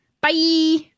Bye